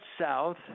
south